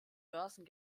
börsen